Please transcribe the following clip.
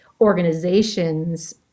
organizations